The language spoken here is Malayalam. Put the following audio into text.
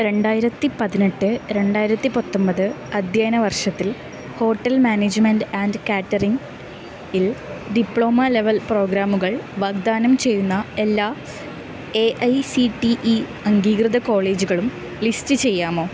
രണ്ടായിരത്തി പതിനെട്ട് രണ്ടായിരത്തി പത്തൊമ്പത് അധ്യയന വർഷത്തിൽ ഹോട്ടൽ മാനേജ്മെൻ്റ് ആൻഡ് കാറ്ററിംഗിൽ ഡിപ്ലോമ ലെവൽ പ്രോഗ്രാമുകൾ വാഗ്ദാനം ചെയ്യുന്ന എല്ലാ A I C T E അംഗീകൃത കോളേജുകളും ലിസ്റ്റ് ചെയ്യാമോ